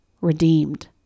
redeemed